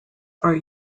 are